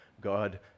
God